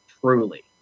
Truly